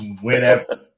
whenever